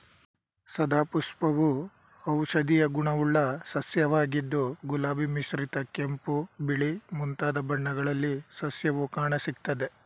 ಸದಾಪುಷ್ಪವು ಔಷಧೀಯ ಗುಣವುಳ್ಳ ಸಸ್ಯವಾಗಿದ್ದು ಗುಲಾಬಿ ಮಿಶ್ರಿತ ಕೆಂಪು ಬಿಳಿ ಮುಂತಾದ ಬಣ್ಣಗಳಲ್ಲಿ ಸಸ್ಯವು ಕಾಣಸಿಗ್ತದೆ